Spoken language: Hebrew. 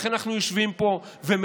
לכן אנחנו יושבים פה ומלהגים,